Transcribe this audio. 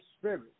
Spirit